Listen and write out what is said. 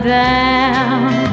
down